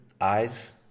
eyes